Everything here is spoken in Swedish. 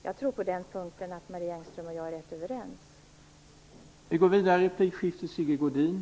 Jag tror att Marie Engström och jag är rätt överens på den punkten.